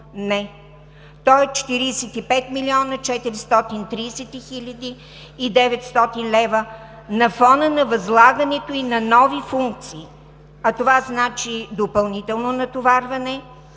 Не! То е 45 млн. 430 хил. 900 лв. на фона на възлагането ѝ на нови функции, а това значи допълнително натоварване,